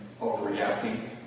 overreacting